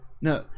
no